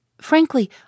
Frankly